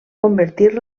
convertir